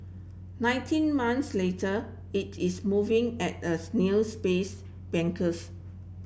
nineteen months later it is moving at a snail's pace bankers